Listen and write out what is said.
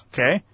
Okay